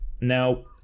Now